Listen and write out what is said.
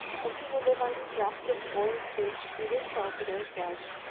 as he will live on scraps of boiled fish, either salted or fresh,